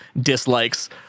dislikes